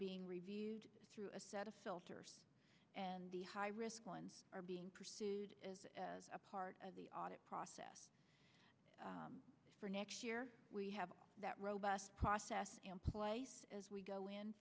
being reviewed through a set of filters and the high risk ones are being pursued as a part of the audit process for next year we have that robust process in place as we go in